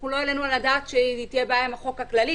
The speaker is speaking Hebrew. אנחנו לא העלינו על הדעת שתהיה בעיה עם החוק הכללי,